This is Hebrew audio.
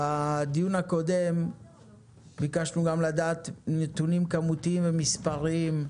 בדיון הקודם ביקשנו גם לדעת נתונים כמותיים ומספריים: